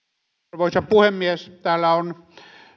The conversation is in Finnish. arvoisa puhemies täällä on